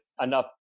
enough